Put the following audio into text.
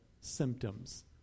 symptoms